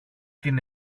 την